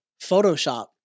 Photoshop